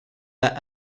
that